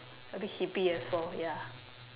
a bit hippy as well